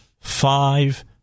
five